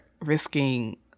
risking